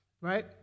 Right